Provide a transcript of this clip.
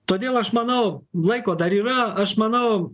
todėl aš manau laiko dar yra aš manau